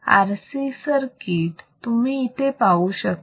RC circuit तुम्ही इथे पाहू शकता